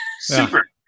super